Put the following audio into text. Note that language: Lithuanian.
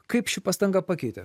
kaip ši pastanga pakeitė